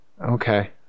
Okay